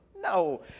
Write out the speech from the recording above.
no